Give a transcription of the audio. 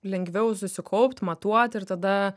lengviau susikaupt matuot ir tada